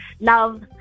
love